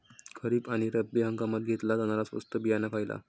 खरीप आणि रब्बी हंगामात घेतला जाणारा स्वस्त बियाणा खयला?